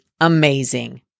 amazing